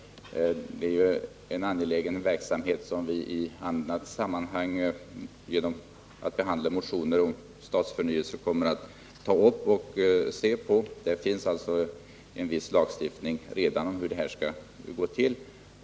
Det är en angelägen verksamhet som vi i annat sammanhang, genom att behandla motioner om stadsförnyelse, kommer att ta upp. Det finns redan en viss lagstiftning om hur detta skall gå till.